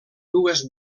dues